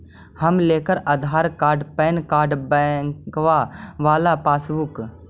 हम लेकर Aadhaar card PAN card बैंकवा वाला पासबुक?